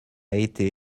été